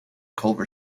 culver